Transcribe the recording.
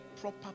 proper